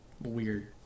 weird